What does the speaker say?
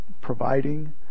providing